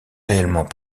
réellement